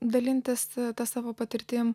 dalintis ta savo patirtim